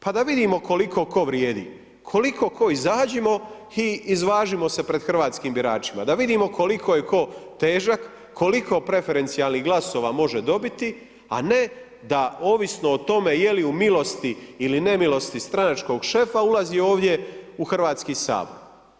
Pa da vidimo koliko tko vrijedi, koliko tko, izađimo i izvažimo se pred hrvatskim biračima, da vidimo koliko je tko težak, koliko preferencijalnih glasova može dobiti, a ne da ovisno o tome je li u milosti ili nemilosti stranačkog šefa ulazi ovdje u Hrvatski sabor.